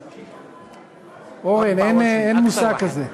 אורן, אין מושג כזה.